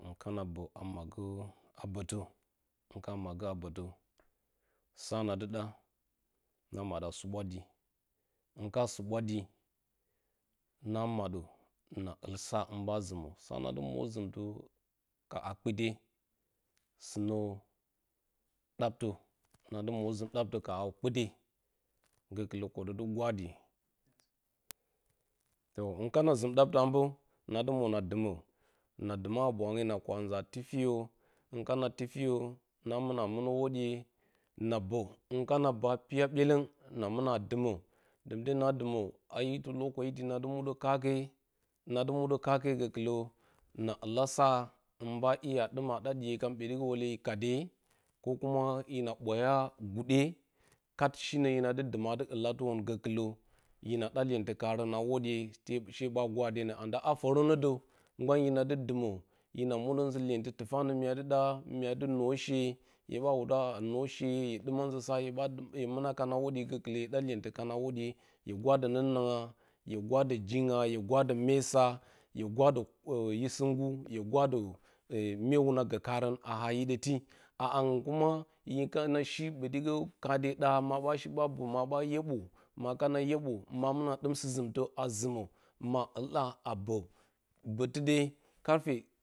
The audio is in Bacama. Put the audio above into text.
Hunkana mbo a maggə ha batə, hunk maggə haa badə sa na du də na madd a subwa dii, hiuka subwa dii, na madd a na ul sa na, ɓa zimə sa na du mu zimtə ka hakpite sɨnə dabtə, na dɨ muno zim dabtə ka hakpite gokulə kottə ndɨ gwadi to hin kanzim dabtə ambə na dɨ mwə na dumə na dimwə habwangye na kura nza tisiyə hinkana tifiyə na mɨna mɨnə hwodiye na bo, hin kana bo a piyə byelong na muna ndumə dumute na dumə a iti na du maɗə kuke, na di muda kake ge kilə na ula sa hin ba iya da diye karon ɓodigə kade hina bwaya gude kut shinə binu dɨ dima waterən gokulə hina ɗa iyentakaron a hurodiye she ɓa gwadenə anda a forə no də gban hina dɨ dumə hina mudə nzɨ yenti tufanə myadɨ da mya dɨ nor she hye ɓa wuda a nor she hye luma nzɨ sa hye ɓa duma hye muna kan a hwodye gokulə hye da hento kan a hwodiye hye guradə nonangya, hye gwadə dinya hye gwadə mesa hye gwado hye singu hye gwadə mye wuna go karə a ha hidəti a haung kuma hye kana shi botigə kade ɗa maɓa shi ɓa bo ma ɓa yogbo, ma kana yobbo ma mina dɨm sizimto a szimo ma uha a botɨde